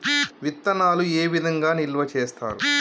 విత్తనాలు ఏ విధంగా నిల్వ చేస్తారు?